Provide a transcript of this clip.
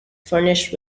furnished